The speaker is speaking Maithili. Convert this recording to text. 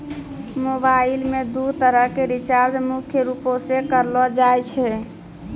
मोबाइलो मे दू तरह के रीचार्ज मुख्य रूपो से करलो जाय छै